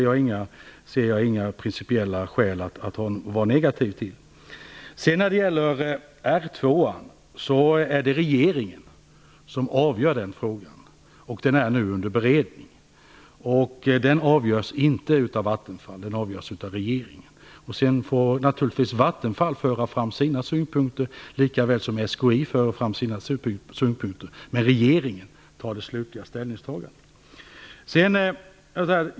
Jag ser inga principiella skäl att vara negativ till det. Det är regeringen som avgör frågan om Ringhals 2, och den är nu under beredning. Den frågan avgörs inte av Vattenfall, utan den avgörs av regeringen. Vattenfall får naturligtvis i det sammanhanget föra fram sina synpunkter lika väl som SKI för fram sina, men regeringen gör det slutliga ställningstagandet.